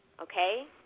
okay